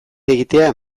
egitea